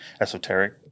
esoteric